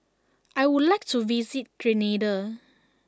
I would like to visit Grenada